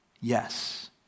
yes